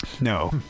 No